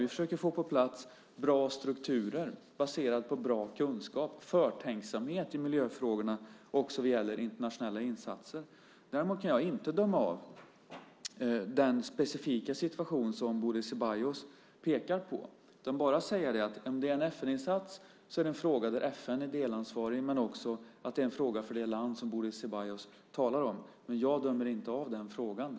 Vi försöker få på plats bra strukturer baserade på bra kunskap och förtänksamhet i miljöfrågorna också vid internationella insatser. Däremot kan jag inte döma av den specifika situation som Bodil Ceballos pekar på. Jag kan bara säga att vid en FN-insats är det en fråga där FN är delansvarig, men det är också en fråga för det land som Bodil Ceballos talar om. Men jag dömer inte av den frågan.